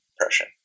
depression